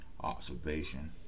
observation